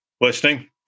listening